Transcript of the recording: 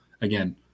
again